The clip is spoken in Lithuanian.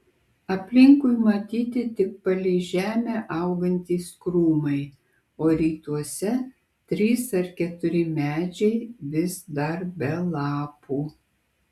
aplinkui matyti tik palei žemę augantys krūmai o rytuose trys ar keturi medžiai vis dar be lapų